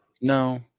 No